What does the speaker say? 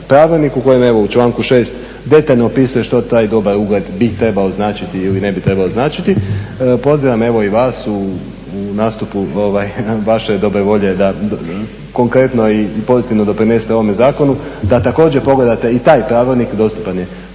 pravilnik u kojem evo u članku 6. detaljno opisuje što taj dobar ugled bi trebao značiti ili ne bi trebao značiti. Pozivam evo i vas u nastupu vaše dobre volje da konkretno i pozitivno doprinesete ovom zakonu, da također pogledate i taj pravilnik, dostupan je